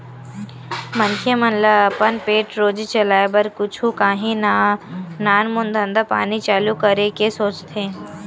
मनखे मन ल अपन पेट रोजी चलाय बर कुछु काही नानमून धंधा पानी चालू करे के सोचथे